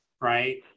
right